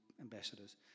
ambassadors